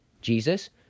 Jesus